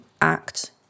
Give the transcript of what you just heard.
act